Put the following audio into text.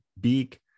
beak